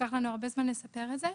לקח לנו הרבה זמן לספר את זה.